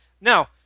Now